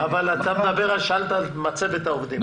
אבל אתה שאלת על מצבת העובדים.